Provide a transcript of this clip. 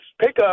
pickup